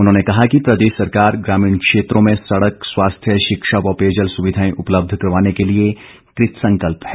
उन्होंने कहा कि प्रदेश सरकार ग्रामीण क्षेत्रों में सड़क स्वास्थ्य शिक्षा व पेयजल सुविधाएं उपलब्ध करवाने के लिए कृतसंकल्प है